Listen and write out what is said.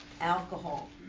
alcohol